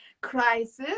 crisis